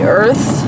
earth